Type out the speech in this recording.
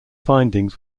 findings